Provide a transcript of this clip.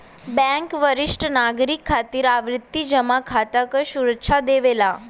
bank वरिष्ठ नागरिक खातिर आवर्ती जमा खाता क सुविधा देवला